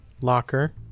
locker